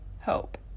hope